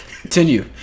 Continue